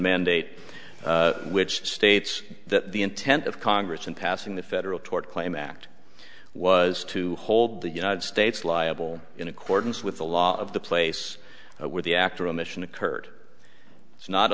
mandate which states that the intent of congress in passing the federal tort claim act was to hold the united states liable in accordance with the law of the place where the act or omission occurred it's not a